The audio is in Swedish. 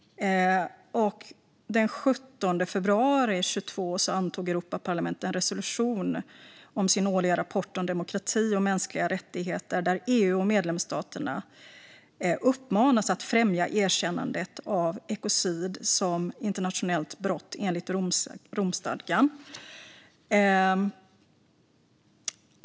Den 17 februari 2022 antog Europaparlamentet en resolution om sin årliga rapport om demokrati och mänskliga rättigheter där EU och medlemsstaterna uppmanas att främja erkännandet av ekocid som internationellt brott enligt Romstadgan.